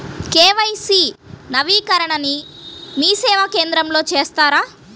KYC నవీకరణని మీసేవా కేంద్రం లో చేస్తారా?